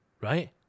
right